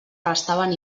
restaven